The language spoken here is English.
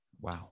Wow